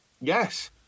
Yes